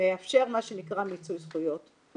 לאפשר מה שנקרא מיצוי זכויות.